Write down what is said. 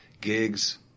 gigs